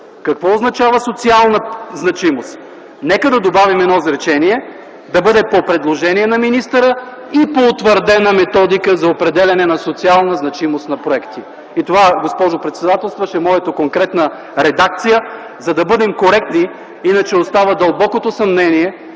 Какво означава социална значимост? Нека да добавим едно изречение: „да бъде по предложение на министъра и по утвърдена методика за определяне на социална значимост на проекти.” И това, госпожо председател, е моята конкретна редакция, за да бъдем коректни. Иначе остава дълбокото съмнение,